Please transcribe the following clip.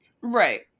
right